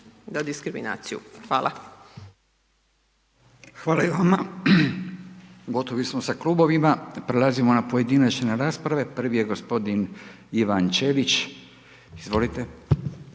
Furio (Nezavisni)** Hvala i vama. Gotovi smo sa klubovima, prelazimo na pojedinačne rasprave. Prvi je gospodin Ivan Ćelić, izvolite.